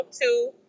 two